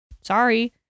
Sorry